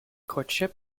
courtship